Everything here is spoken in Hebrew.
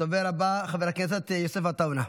הדובר הבא, חבר הכנסת יוסף עטאונה,